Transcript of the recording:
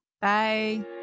Bye